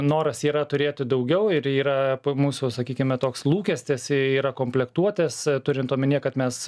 noras yra turėti daugiau ir yra mūsų sakykime toks lūkestis yra komplektuotės turint omenyje kad mes